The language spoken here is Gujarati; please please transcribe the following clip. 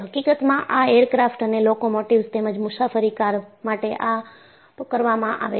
હકીકતમાં આ એરક્રાફ્ટ અને લોકોમોટિવ્સ તેમજ મુસાફરી કાર માટે આ કરવામાં આવે છે